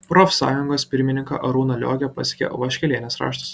profsąjungos pirmininką arūną liogę pasiekė vaškelienės raštas